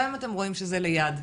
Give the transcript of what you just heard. גם אם אתם רואים שזה ליד,